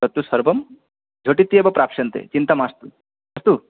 तत्तु सर्वं झटित्येव प्राप्स्यन्ते चिन्ता मास्तु अस्तु